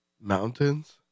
mountains